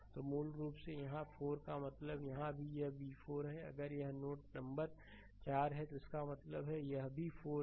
तो मूल रूप से यहां 4 का मतलब है यहां भी यह v4 है अगर यह नोड नंबर 4 है इसका मतलब यह भी 4 है